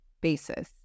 basis